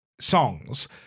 songs